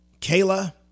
kayla